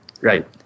Right